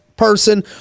person